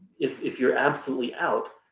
if if you're absolutely out,